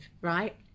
right